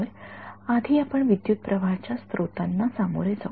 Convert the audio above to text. तर आधी आपण विद्युतप्रवाहाच्या स्रोतांना सामोरे जाऊ